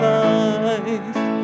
life